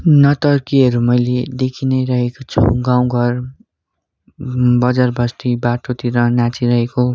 नर्तकीहरू मैले देखी नै रहेको छु गाउँ घर बजार बस्ती बाटोतिर नाचिरहेको